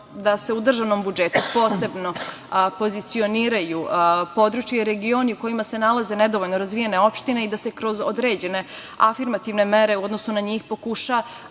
da se u državnom budžetu posebno pozicioniraju područja i regioni u kojima se nalaze nedovoljno razvijene opštine i da se kroz određene afirmativne mere u odnosu na njih pokuša